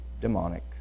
demonic